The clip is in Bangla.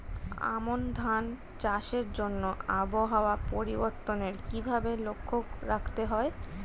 আমন ধান চাষের জন্য আবহাওয়া পরিবর্তনের কিভাবে লক্ষ্য রাখতে হয়?